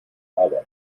arbeit